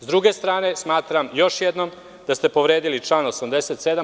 S druge strane, smatram još jednom da ste povredili član 87.